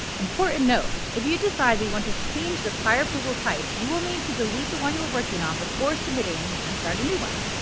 important note if you decide that you want to change the prior approval type, you will need to delete the one you were working on, before submitting and start a new one.